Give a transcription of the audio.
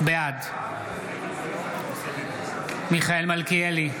בעד מיכאל מלכיאלי,